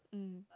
mm